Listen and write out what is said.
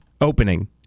opening